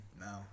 No